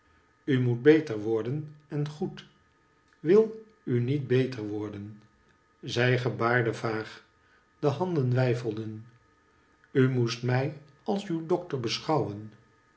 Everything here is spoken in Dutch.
u moet beter worden en goed wil u niet beter worden zij gebaarde vaag de handen weifelden u moest mij als uw dokter beschouwen